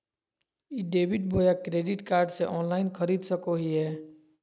ई debit बोया credit card से online खरीद सको हिए?